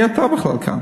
מי אתה בכלל כאן?